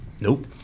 nope